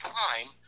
time